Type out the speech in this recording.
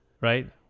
right